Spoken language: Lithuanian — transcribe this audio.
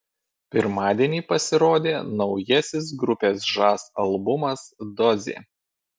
pirmadienį pasirodė naujasis grupės žas albumas dozė